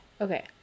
okay